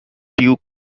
duke